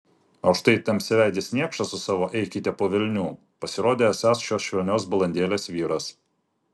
o štai tamsiaveidis niekšas su savo eikite po velnių pasirodė esąs šios švelnios balandėlės vyras